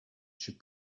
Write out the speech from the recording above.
should